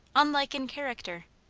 unlike in character.